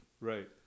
Right